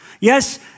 Yes